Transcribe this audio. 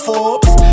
Forbes